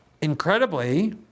incredibly